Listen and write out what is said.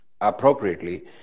appropriately